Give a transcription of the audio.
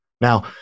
Now